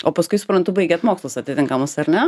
o paskui suprantu baigėt mokslus atitinkamus ar ne